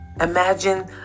Imagine